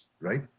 right